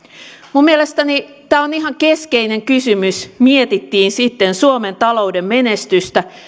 minun mielestäni tämä on ihan keskeinen kysymys mietittiin sitten suomen talouden menestystä